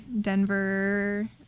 Denver